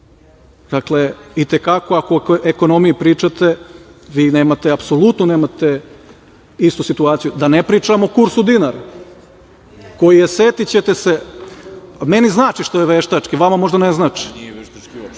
Dakle, i te kako, ako o ekonomiji pričate, vi nemate, apsolutno nemate istu situaciju, da ne pričam o kursu dinara koji je, setićete se…Meni znači što je veštački, vama možda ne znači. Ako je i veštački,